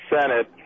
Senate